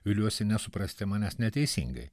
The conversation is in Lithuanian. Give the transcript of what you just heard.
viliuosi nesuprasti manęs neteisingai